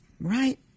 right